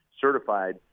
certified